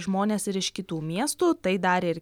žmones ir iš kitų miestų tai dar ir